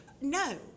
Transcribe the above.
no